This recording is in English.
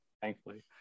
thankfully